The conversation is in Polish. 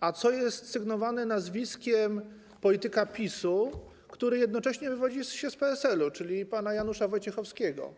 a co jest sygnowane nazwiskiem polityka PiS-u, który jednocześnie wywodzi się z PSL-u, czyli pana Janusza Wojciechowskiego.